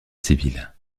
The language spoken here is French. civil